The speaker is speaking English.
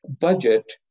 budget